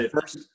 First